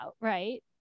Right